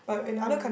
mm